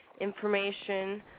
information